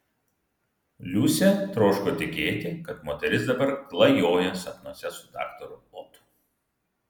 liusė troško tikėti kad moteris dabar klajoja sapnuose su daktaru otu